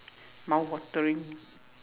mouth watering